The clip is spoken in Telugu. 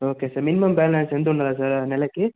ఓకే సార్ మినిమమ్ బ్యాలన్స్ ఎంత ఉండాలి సార్ నెలకి